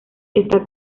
está